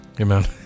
Amen